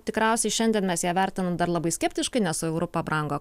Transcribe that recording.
tikriausiai šiandien mes ją vertinam dar labai skeptiškai nes su euru pabrango